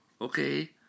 okay